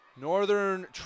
Northern